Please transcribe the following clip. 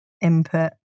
input